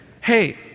Hey